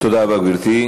תודה רבה, גברתי.